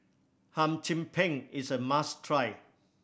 Hum Chim Peng is a must try